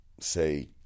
say